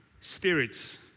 spirits